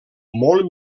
molt